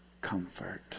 comfort